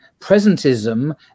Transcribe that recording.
presentism